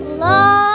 love